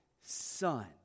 son